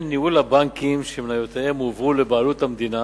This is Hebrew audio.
ניהול הבנקים שמניותיהם הועברו לבעלות המדינה